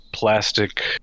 plastic